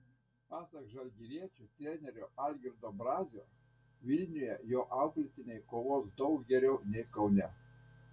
pasak žalgiriečių trenerio algirdo brazio vilniuje jo auklėtiniai kovos daug geriau nei kaune